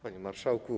Panie Marszałku!